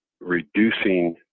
reducing